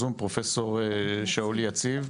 נמצא איתנו בזום פרופסור שאולי יציב,